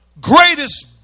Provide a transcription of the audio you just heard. greatest